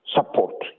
Support